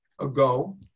ago